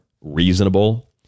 reasonable